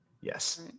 Yes